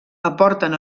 aporten